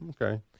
Okay